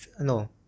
no